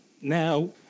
now